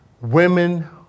Women